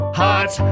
hot